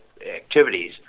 activities